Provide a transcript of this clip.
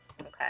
okay